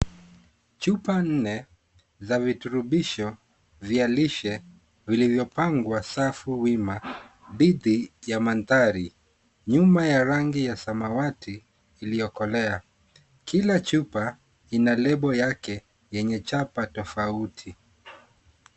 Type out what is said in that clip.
Chupa nne za virutubisho vya lishe vilivyopangwa safu wima dhidi ya mandhari ,nyuma ya rangi ya samawati iliyokolea. Kila chupa ina lebo yake yenye chapa tofauti.